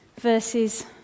verses